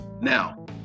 now